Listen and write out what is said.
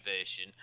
version